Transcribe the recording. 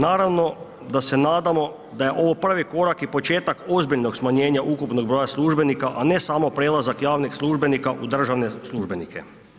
Naravno da se nadamo da je ovo prvi korak i početak ozbiljnog smanjenja ukupnog broja službenika, a ne samo prelazak javnih službenika u državne službenike.